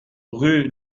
rue